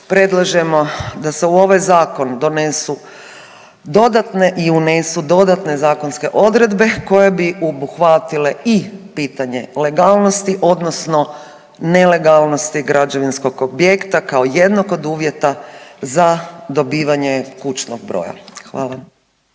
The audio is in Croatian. predlažemo da se u ovaj zakon donesu dodatne i unesu dodatne zakonske odredbe koje bi obuhvatile i pitanje legalnosti odnosno nelegalnosti građevinskog objekta kao jednog od uvjeta za dobivanje kućnog broja. Hvala.